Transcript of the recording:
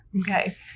Okay